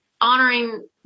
honoring